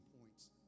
points